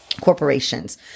corporations